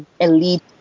elite